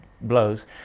blows